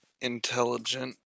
intelligent